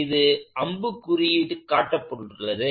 இது அம்பு குறியீடு காட்டப்பட்டுள்ளது